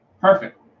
perfect